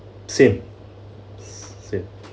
same same